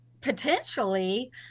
potentially